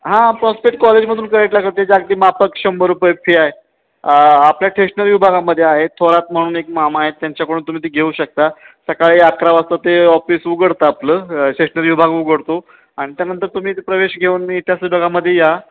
हां प्रॉस्पेक्ट कॉलेजमधून कलेक्ट करते जे अगदी माफक शंभर रुपये फी आहे आपल्या टेशनरी विभागामध्ये आहे थोरात म्हणून एक मामा आहेत त्यांच्याकडून तुम्ही ते घेऊ शकता सकाळी अकरा वाजता ते ऑफिस उघडतं आपलं स्टेशनरी विभाग उघडतो आणि त्यानंतर तुम्ही ते प्रवेश घेऊन इतिहास विभागामध्ये या